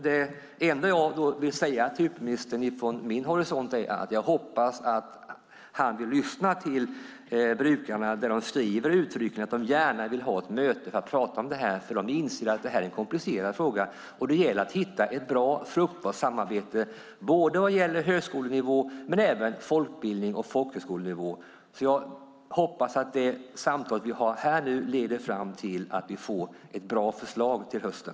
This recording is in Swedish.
Det enda jag vill säga till utbildningsministern från min horisont är att jag hoppas att han vill lyssna till brukarna, när de uttryckligen skriver att de gärna vill ha ett möte för att prata om detta. De inser att det är en komplicerad fråga och att det gäller att hitta ett bra och fruktbart samarbete vad gäller både högskolenivå men även folkbildning och folkhögskolenivå. Jag hoppas att det samtal som vi har här leder fram till att vi får ett bra förslag till hösten.